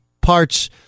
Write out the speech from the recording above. parts